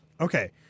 Okay